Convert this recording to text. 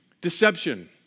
Deception